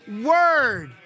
word